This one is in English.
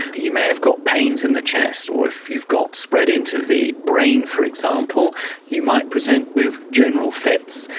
you may have got pains in the chest, or if you've got spread into the brain for example you might present with general fits.